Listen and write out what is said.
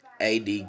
AD